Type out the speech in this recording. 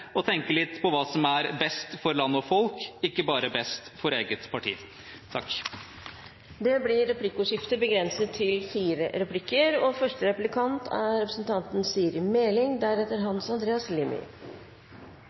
og tenke litt på hva som er best for land og folk, ikke bare best for eget parti. Det blir replikkordskifte. For Høyre er det viktig å arbeide for et lavere skatte- og avgiftsnivå for å gjøre Norge mer robust til